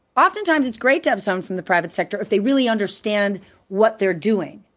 often times it's great to have someone from the private sector if they really understand what they're doing.